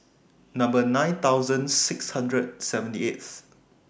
nine thousand six hundred seventy eighth